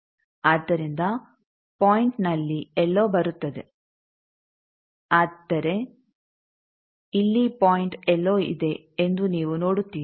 ಆದ್ದರಿಂದ ಪಾಯಿಂಟ್ ಇಲ್ಲಿ ಎಲ್ಲೋ ಬರುತ್ತದೆ ಆದರೆ ಇಲ್ಲಿ ಪಾಯಿಂಟ್ ಎಲ್ಲೋ ಇದೆ ಎಂದು ನೀವು ನೋಡುತ್ತೀರಿ